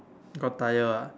got tyre ah